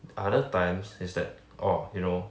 other times is that orh you know